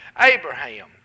Abraham